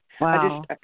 Wow